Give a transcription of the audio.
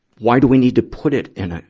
why do we need to put it in a,